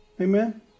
Amen